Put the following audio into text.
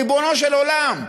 ריבונו של עולם,